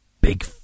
big